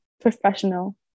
Professional